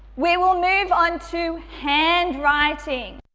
we will move onto handwriting.